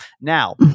Now